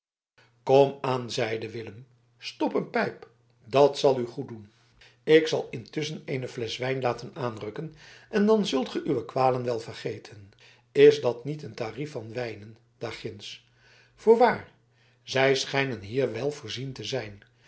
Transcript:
komaan zeide willem stop een pijp dat zal u goeddoen ik zal intusschen een flesch wijn laten aanrukken en dan zult gij uw kwalen wel vergeten is dat niet een tarief van wijnen daarginds voorwaar zij schijnen hier wel voorzien te zijn